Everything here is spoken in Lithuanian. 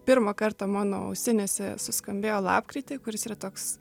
pirmą kartą mano ausinėse suskambėjo lapkritį kuris yra toks